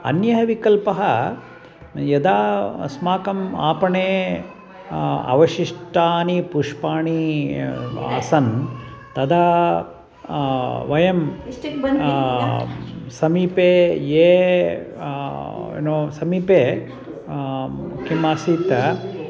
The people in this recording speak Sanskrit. अन्यः विकल्पः यदा अस्माकम् आपणे अवशिष्टानि पुष्पाणि आसन् तदा वयं समीपे ये यः नो समीपे किम् आसीत्